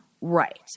Right